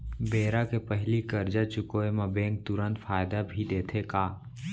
बेरा के पहिली करजा चुकोय म बैंक तुरंत फायदा भी देथे का?